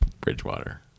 Bridgewater